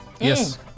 Yes